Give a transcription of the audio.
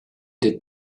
did